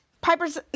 Piper's